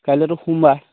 কাইলেতো সোমবাৰ